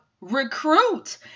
recruit